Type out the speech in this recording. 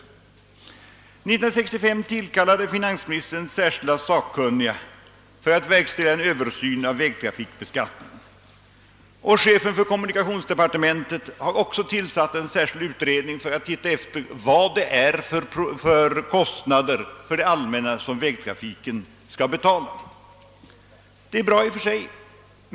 1965 tillkallade finansministern särskilda sakkunniga för att verkställa en översyn av vägtrafikbeskattningen, och chefen för kommunikationsdepartementet har också tillsatt en utredning för att undersöka vilka kostnader för det allmänna som vägtrafiken skall betala. Det är bra i och för sig.